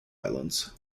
islands